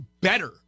better